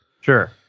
Sure